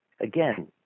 again